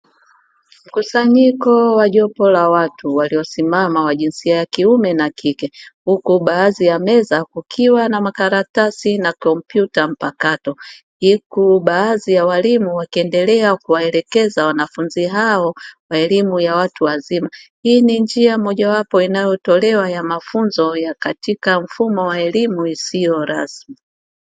Mkusanyiko wa jopo la watu waliosimama wa jinsa ya kiume na kike, huku baadhi ya meza kukiwa na makaratasi na kompyuta mpakato, huku baadhi ya walimu wakiendelea kuwaelekeza wanafunzi hao wa elimu ya watu wazima. hii ni njia moja wapo inayotolewa ya mafunzo ya katika elimu isiyo rasmi.